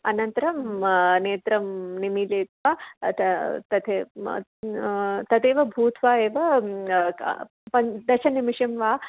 अनन्तरं नेत्रं निमील्य तत् तथा तथैव भूत्वा एव पञ्चदशनिमिषं वा